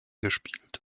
gespielt